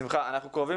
כפיר כהן,